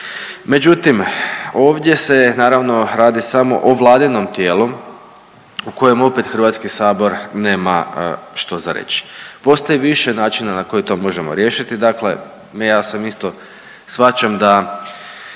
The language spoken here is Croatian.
Međutim, ovdje se naravno radi samo o Vladinom tijelu u kojem opet Hrvatski sabor nema što za reći. Postoji više načina na koji to možemo riješiti. Dakle, ja sam isto shvaćam da